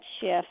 shift